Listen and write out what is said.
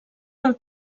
del